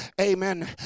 amen